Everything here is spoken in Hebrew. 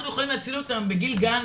אנחנו יכולים להציל אותם בגיל גם,